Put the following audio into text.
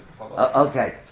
Okay